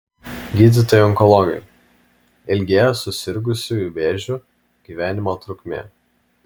gydytojai onkologai ilgėja susirgusiųjų vėžiu gyvenimo trukmė